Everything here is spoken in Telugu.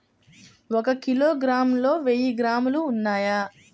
ఒక కిలోగ్రామ్ లో వెయ్యి గ్రాములు ఉన్నాయి